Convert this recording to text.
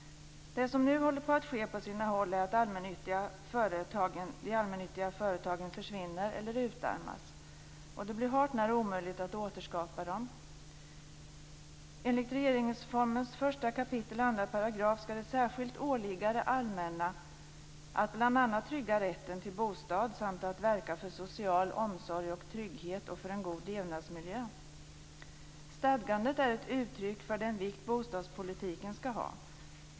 Det som nu håller på att ske på sina håll är att de allmännyttiga företagen försvinner eller utarmas. Det blir hart när omöjligt att återskapa dem. Enligt regeringsformens 1 kap. 2 § skall det särskilt åligga det allmänna att bl.a. trygga rätten till bostad samt att verka för social omsorg och trygghet och för en god levnadsmiljö. Stadgandet är ett uttryck för den vikt bostadspolitiken skall ha.